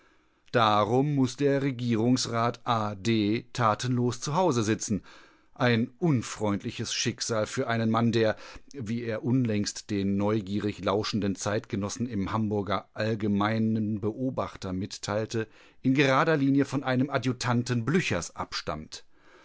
darum muß der regierungsrat a d tatenlos zu hause sitzen ein unfreundliches schicksal für einen mann der wie er unlängst den neugierig lauschenden zeitgenossen im hamburger allgemeinen beobachter mitteilte in gerader linie von einem adjutanten blüchers abstammt